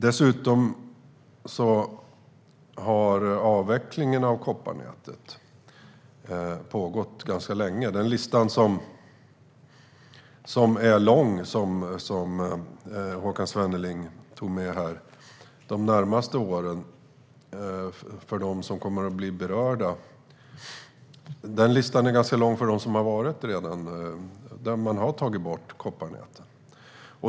Dessutom har avvecklingen av kopparnätet pågått ganska länge. Den långa lista som Håkan Svenneling tog med sig över dem som under de närmaste åren kommer att bli berörda vore också ganska lång när det gäller dem som redan blivit av med kopparnätet.